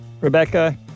Rebecca